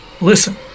listen